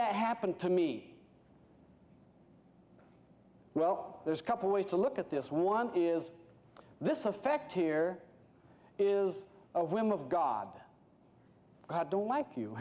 that happen to me well there's a couple ways to look at this one is this effect here is of women of god i don't like you